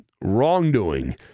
wrongdoing